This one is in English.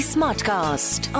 Smartcast